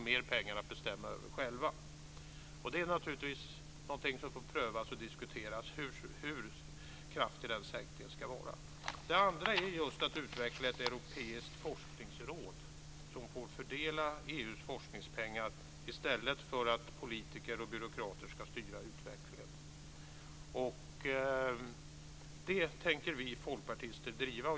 Hur kraftig den sänkningen ska vara är naturligtvis någonting som får prövas och diskuteras. Det andra är just att utveckla ett europeiskt forskningsråd som får fördela EU:s forskningspengar i stället för att politiker och byråkrater ska styra utvecklingen. Det tänker vi folkpartister driva.